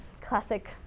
classic